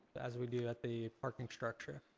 as we do at the parking structure.